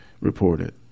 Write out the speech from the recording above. reported